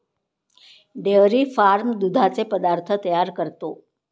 dairy farm दुधाचे पदार्थ तयार करतो